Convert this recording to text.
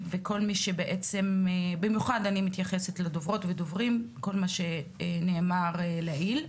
ובמיוחד לדוברות ולדוברים כפי שנאמר לעיל,